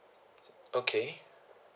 okay